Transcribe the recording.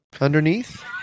underneath